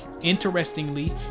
interestingly